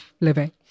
living